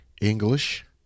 English